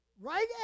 Right